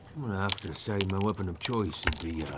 have to say my weapon of choice would be